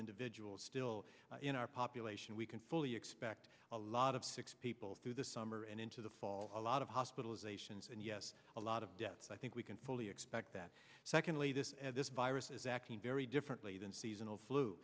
individuals still in our population we can fully expect a lot of six people through the summer and into the fall a lot of hospitalizations and yes a lot of deaths i think we can fully expect that secondly this and this virus is acting very differently than seasonal